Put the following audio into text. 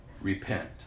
repent